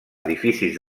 edificis